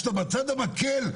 שבצד המקל,